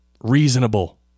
reasonable